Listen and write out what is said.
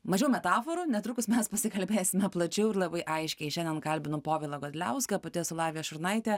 mažiau metaforų netrukus mes pasikalbėsime plačiau ir labai aiškiai šiandien kalbinu povilą godliauską pati esu lavija šurnaitė